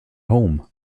home